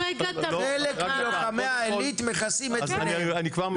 חלק מלוחמי העילית מכסים את פניהם.